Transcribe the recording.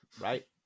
Right